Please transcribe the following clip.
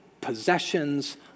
possessions